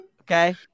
Okay